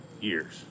years